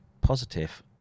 positive